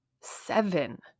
seven